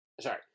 sorry